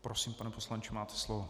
Prosím, pane poslanče, máte slovo.